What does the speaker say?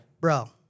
bro